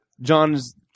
John's